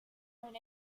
point